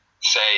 say